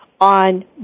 on